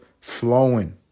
flowing